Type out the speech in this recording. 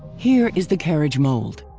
here is the carriage mold.